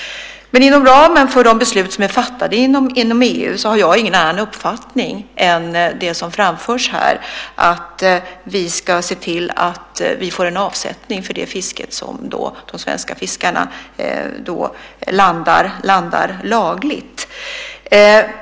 Men inom ramen för de beslut som är fattade inom EU har jag ingen annan uppfattning än det som framförs här, nämligen att vi ska se till att vi får en avsättning för det fiske som de svenska fiskarna landar lagligt.